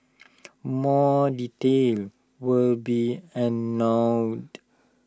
more details will be